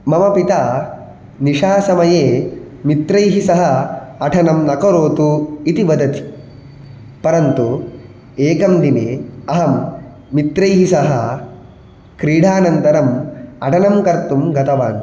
मम पिता निशासमये मित्रैः सह अटनं न करोतु इति वदति परन्तु एकं दिने अहं मित्रैः सह क्रीडानन्तरम् अटनं कर्तुं गतवान्